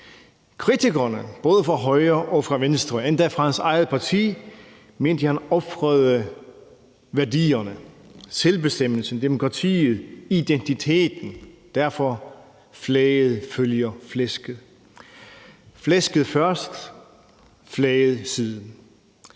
Kritikerne, både fra højre og fra venstre og endda fra hans eget parti, mente, at han ofrede værdierne, selvbestemmelsen, demokratiet og identiteten og deraf bemærkningen: Flaget følger flæsket. Flæsket først, flaget siden.